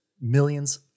millions